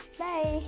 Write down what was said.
bye